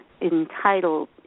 entitled